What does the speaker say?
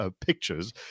Pictures